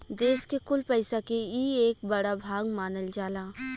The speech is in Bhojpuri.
देस के कुल पइसा के ई एक बड़ा भाग मानल जाला